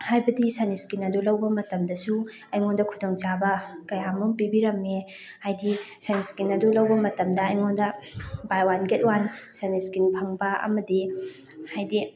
ꯍꯥꯏꯕꯗꯤ sunscreen ꯑꯗꯨ ꯂꯧꯕ ꯃꯇꯝꯗꯁꯨ ꯑꯩꯉꯣꯟꯗ ꯈꯨꯗꯣꯡ ꯆꯥꯕ ꯀꯌꯥ ꯃꯔꯨꯝ ꯄꯤꯕꯤꯔꯝꯃꯤ ꯍꯥꯏꯕꯗꯤ ꯁꯟ ꯏ꯭ꯁꯀ꯭ꯔꯤꯟ ꯑꯗꯨ ꯂꯧꯕ ꯃꯇꯝꯗ ꯑꯩꯉꯣꯟꯗ buy one get one sunscreen ꯐꯪꯕ ꯑꯃꯗꯤ ꯍꯥꯏꯕꯗꯤ